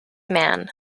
man